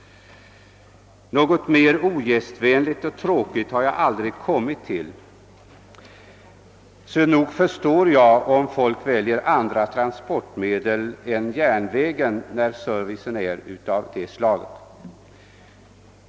Något mer ogästvänligt och tråkigt har jag: aldrig kommit till. Så nog förstår jag om folk väljer andra transportmedel än järnvägen när servicen är av det slaget.